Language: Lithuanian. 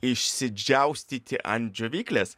išsidžiaustyti ant džiovyklės